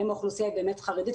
האם האוכלוסייה היא באמת חרדית.